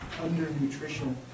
undernutrition